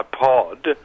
pod